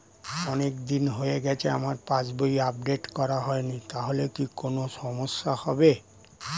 অনেকদিন হয়ে গেছে আমার পাস বই আপডেট করা হয়নি তাহলে কি কোন সমস্যা হবে?